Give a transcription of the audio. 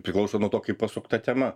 priklauso nuo to kai pasukta tema